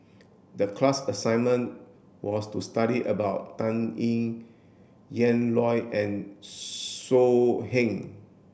the class assignment was to study about Dan Ying Ian Loy and So Heng